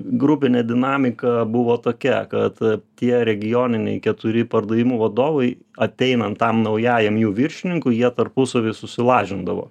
grupinė dinamika buvo tokia kad tie regioniniai keturi pardavimų vadovai ateinant tam naujajam jų viršininkui jie tarpusavy susilažindavo